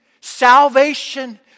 salvation